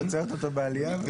את עוצרת אותו בעלייה.